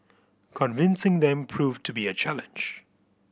convincing them proved to be a challenge